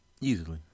Easily